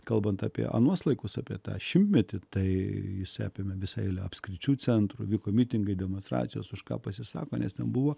kalbant apie anuos laikus apie tą šimtmetį tai jis apėmė visą eilę apskričių centrų vyko mitingai demonstracijos už ką pasisako nes ten buvo